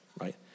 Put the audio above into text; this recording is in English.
right